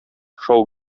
шау